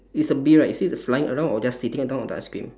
it's a bee right is it flying around or just sitting down on the ice cream